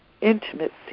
Intimacy